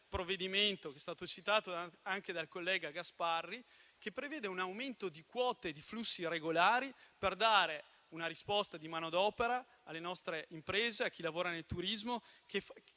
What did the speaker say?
provvedimento che è stato citato anche dal collega Gasparri, che prevede un aumento di quote di flussi regolari per dare una risposta di manodopera alle nostre imprese, a chi lavora nel turismo, ma